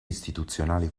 istituzionali